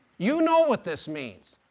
you know what this means!